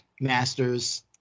masters